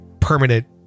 permanent